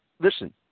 Listen